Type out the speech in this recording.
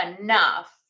enough